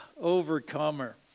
Overcomer